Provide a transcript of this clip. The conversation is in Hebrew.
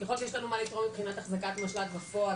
יכול להיות שיש לנו מה לתרום מבחינת אחזקת משל"ט בפועל,